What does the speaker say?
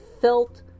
felt